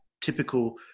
typical